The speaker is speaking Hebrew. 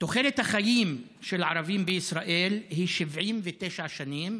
תוחלת החיים של ערבים בישראל היא 79 שנים,